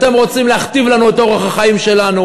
אתם רוצים להכתיב לנו את אורח החיים שלנו.